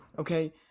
Okay